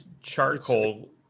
charcoal